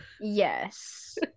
Yes